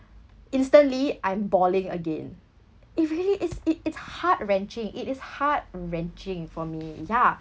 instantly I'm bawling again it really it it's heart wrenching it is heart wrenching for me ya